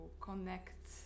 connect